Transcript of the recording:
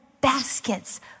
baskets